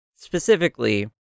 Specifically